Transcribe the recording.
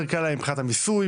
יותר קל להם מבחינת המיסוי,